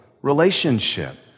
Relationship